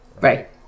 Right